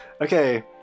Okay